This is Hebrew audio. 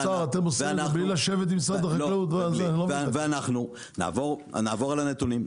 אנחנו נעבור על הנתונים,